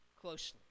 closely